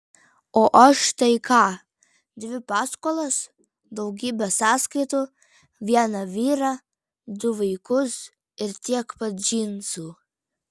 o aš tai ką dvi paskolas daugybę sąskaitų vieną vyrą du vaikus ir tiek pat džinsų